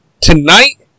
Tonight